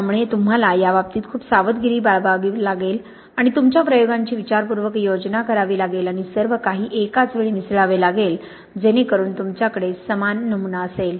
त्यामुळे तुम्हाला याबाबत खूप सावधगिरी बाळगावी लागेल आणि तुमच्या प्रयोगांची विचारपूर्वक योजना करावी लागेल आणि सर्व काही एकाच वेळी मिसळावे लागेल जेणेकरून तुमच्याकडे समान नमुना असेल